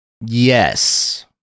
Yes